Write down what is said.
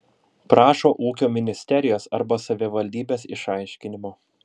prašo ūkio ministerijos arba savivaldybės išaiškinimo